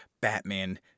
Batman